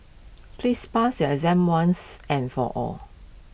please pass your exam once and for all